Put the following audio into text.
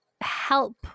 help